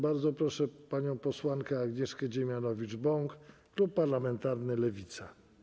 Bardzo proszę panią posłankę Agnieszkę Dziemianowicz-Bąk, klub parlamentarny Lewica.